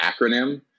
acronym